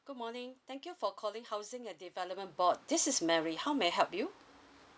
good morning thank you for calling housing and development board this is mary how may I help you